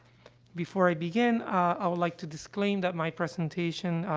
before i begin, ah, i would like to disclaim that my presentation,